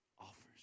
offers